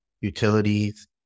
utilities